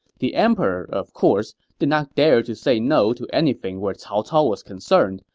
the emperor, of course, did not dare to say no to anything where cao cao was concerned,